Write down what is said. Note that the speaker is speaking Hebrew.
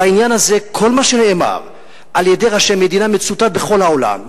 בעניין הזה כל מה שנאמר על-ידי ראשי מדינה מצוטט בכל העולם,